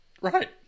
Right